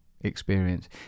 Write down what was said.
Experience